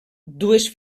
dues